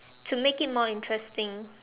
to make it more interesting